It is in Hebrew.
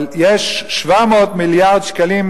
אבל יש 700 מיליארד שקלים,